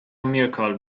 miracle